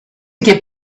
get